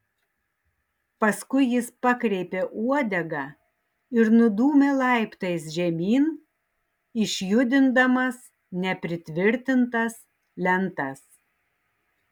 paskui jis pakreipė uodegą ir nudūmė laiptais žemyn išjudindamas nepritvirtintas lentas